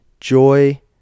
joy